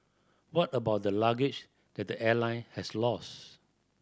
what about the luggage that the airline has lost